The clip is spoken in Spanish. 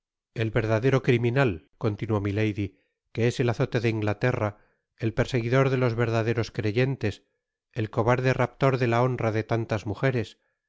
el verdadero criminal continuó milady que es el azote de inglaterra el perseguidor de los verdaderos creyentes el cobarde raptor de la honra de tantas mujeres